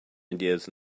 ideas